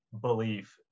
belief